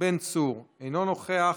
בן צור, אינו נוכח,